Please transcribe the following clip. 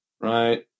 right